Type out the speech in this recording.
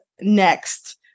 next